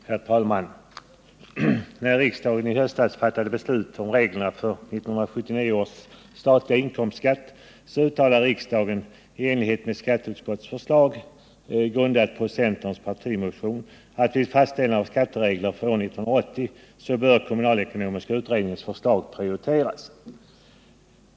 Herr talman! När riksdagen i höstas fattade beslut om reglerna för 1979 års statliga inkomstskatt så uttalade riksdagen, i enlighet med skatteutskottets förslag — grundat på centerns partimotion — att vid fastställande av skatteregler för år 1980 bör kommunalekonomiska utredningens förslag prioriteras.